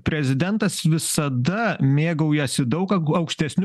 prezidentas visada mėgaujasi daug aukštesniu